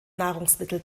nahrungsmittel